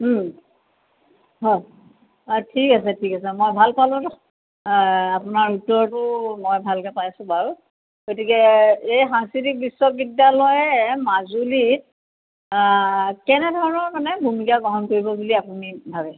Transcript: হয় অঁ ঠিক আছে ঠিক আছে মই ভালপালোঁ আপোনাৰ উত্তৰটো মই ভালকে পাইছোঁ বাৰু গতিকে এই সাংস্কৃতিক বিশ্ববিদ্যলয়ে মাজুলীত কেনেধৰণৰ মানে ভূমিকা গ্ৰহণ কৰিব বুলি আপুনি ভাবে